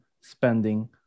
spending